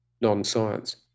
non-science